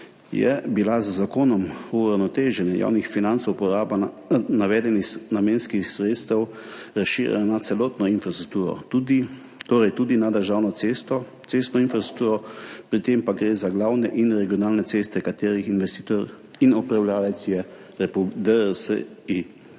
je bila z Zakonom o uravnoteženju javnih financ uporaba navedenih namenskih sredstev razširjena na celotno infrastrukturo, torej tudi na državno cestno infrastrukturo, pri tem pa gre za glavne in regionalne ceste, katerih investitor in upravljavec je DRSI.